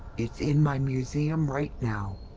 it's in my museum right now.